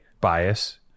bias